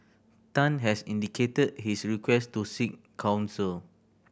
Tan has indicated his request to seek counsel